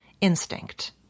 instinct